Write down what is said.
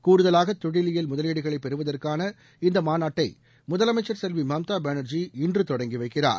கூடுதலாக தொழிலியல் முதலீடுகளை பெறுவதற்கான இந்த மாநாட்டை முதலமைச்சர் செல்வி மம்தா பேனர்ஜி இன்று தொடங்கி வைக்கிறார்